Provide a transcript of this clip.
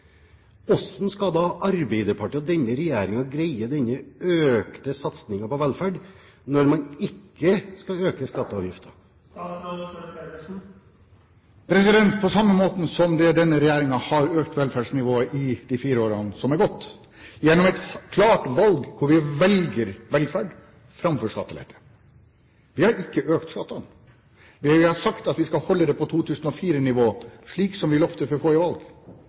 hvordan skal da Arbeiderpartiet og denne regjeringen greie denne økte satsingen på velferd når man ikke skal øke skatter og avgifter? På samme måten som denne regjeringen har økt velferdsnivået i de fire årene som er gått – gjennom et klart valg hvor vi velger velferd framfor skattelette. Vi har ikke økt skattene. Vi har sagt at vi skal holde dem på 2004-nivå slik vi lovet før forrige valg. Men innenfor det økonomiske handlingsrommet vi